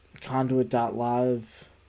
Conduit.live